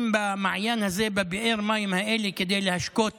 משתמשים במעיין הזה, בבאר מים הזאת, כדי להשקות